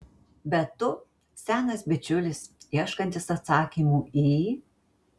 bet tu senas bičiulis ieškantis atsakymų į